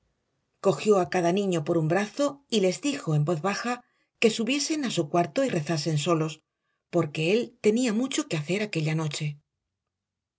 cogió a cada niño por un brazo y les dijo en voz baja que subiesen a su cuarto y rezasen solos porque él tenía mucho que hacer aquella noche